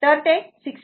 तर ते 60 e 5t